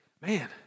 man